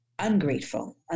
ungrateful